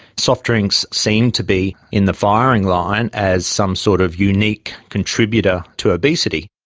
soft drinks seem to be in the firing line as some sort of unique contributor to obesity.